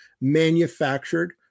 manufactured